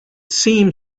seemed